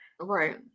Right